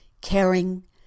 caring